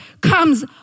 comes